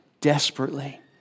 desperately